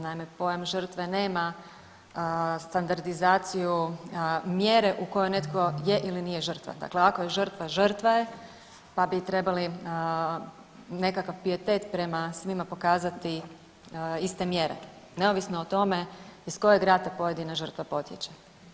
Naime, pojam žrtve nema standardizaciju mjere u kojoj netko je ili nije žrtva, dakle ako je žrtva, žrtva je, pa bi trebali nekakav pijetet prema svima pokazati iste mjere, neovisno o tome iz kojeg rata pojedina žrtva potječe.